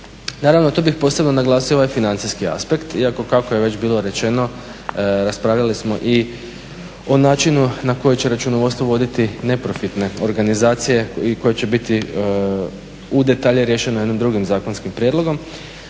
Naravno tu bih posebno naglasio ovaj financijski aspekt, iako kako je već bilo rečeno raspravljali smo i o načinu na koje će računovodstvo voditi neprofitne organizacije i koje će biti u detalje riješene jednim drugim zakonskim prijedlogom.